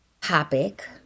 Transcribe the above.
topic